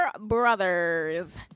brothers